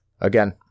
again